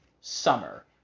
summer